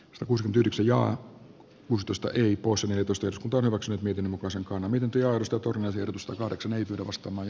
saku smp yhdeksi ja avustusta yli kuusi ajatusten tonavaksi miten muka sankona miten työ nostotornin sijoitusta kahdeksan ei tutustumaan